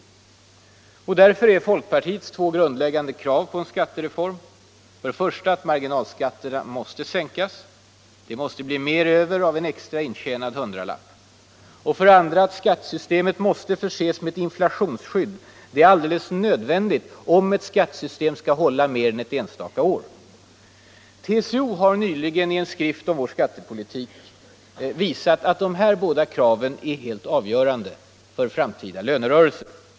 Därför har folkpartiet två grundläggande krav på en skattereform. För det första måste marginalskatterna sänkas. Det måste bli mer över av en intjänad hundralapp. För det andra måste skattesystemet förses med ett inflationsskydd. Det är alldeles nödvändigt om ett skattesystem skall hålla mer än ett enstaka år. TCO har nyligen i en skrift om vår skattepolitik visat att dessa båda krav är helt avgörande för framtida lönerörelser.